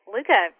Luca